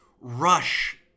rush